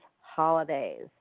holidays